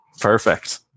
Perfect